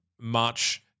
March